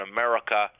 America